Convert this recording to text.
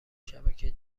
شبکه